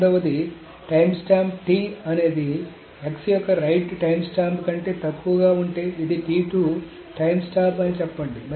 రెండవది timestamp T అనేది x యొక్క రైట్ టైమ్స్టాంప్ కంటే తక్కువగా ఉంటే ఇది టైమ్స్టాంప్ అని చెప్పండి